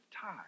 time